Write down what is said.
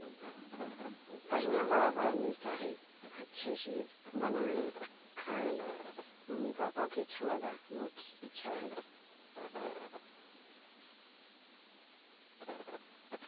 पहिना बड़ा बड़ा मिलता है अच्छे से बनाए खाए मम्मी पापा को अच्छा लगा बहुत अच्छा है